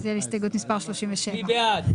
רוויזיה על הסתייגות מס' 66. מי בעד,